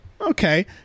okay